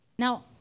Now